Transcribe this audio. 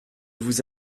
vous